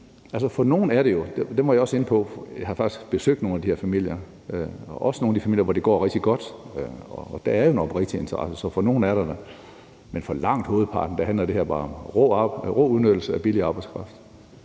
nogle af de her familier, også nogle af de familier, hvor det går rigtig godt, og hvor der er en oprigtig interesse. Så for nogen er der da det. Men for langt hovedparten handler det her bare om rå udnyttelse af billig arbejdskraft.